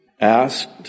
asked